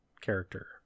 character